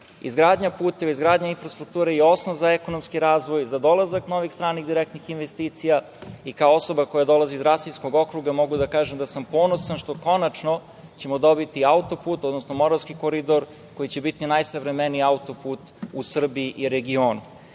Izgradnja puteva, izgradnja infrastrukture je osnov za ekonomski razvoj, za dolazak novih stranih direktnih investicija i kao osoba koja dolazi iz Rasinskog okruga, mogu da kažem da sam ponosan što konačno ćemo dobiti autoput, odnosno Moravski koridor koji će biti najsavremeniji autoput u Srbiji i regionu. Mogu